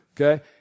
okay